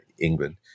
England